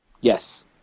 Yes